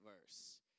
verse